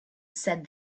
said